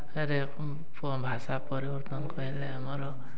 ରେ ଭାଷା ପରିବର୍ତ୍ତନ କହିଲେ ଆମର